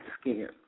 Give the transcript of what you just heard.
skin